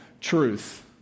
truth